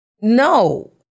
No